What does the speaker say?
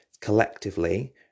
collectively